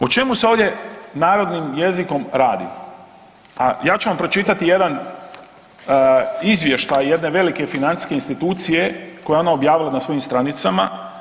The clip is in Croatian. O čemu se ovdje narodnim jezikom radi, a ja ću vam pročitati jedan izvještaj jedne velike financijske institucije koja je ona objavila na svojim stranicama.